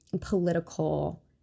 political